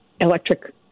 electric